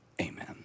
Amen